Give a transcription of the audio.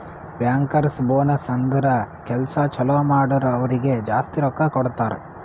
bankers bonus ಅಂದುರ್ ಕೆಲ್ಸಾ ಛಲೋ ಮಾಡುರ್ ಅವ್ರಿಗ ಜಾಸ್ತಿ ರೊಕ್ಕಾ ಕೊಡ್ತಾರ್